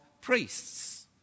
priests